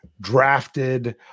drafted